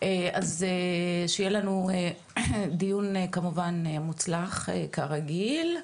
אז שיהיה לנו דיון כמובן מוצלח כרגיל.